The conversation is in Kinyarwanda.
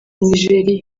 nigeria